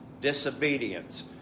Disobedience